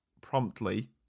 promptly